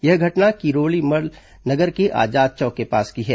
यह घटना किरोड़ीमल नगर के आजाद चौक के पास की है